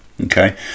Okay